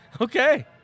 Okay